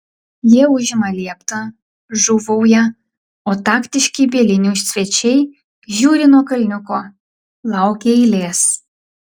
jie užima lieptą žuvauja o taktiški bielinių svečiai žiūri nuo kalniuko laukia eilės